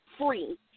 free